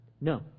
No